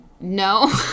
No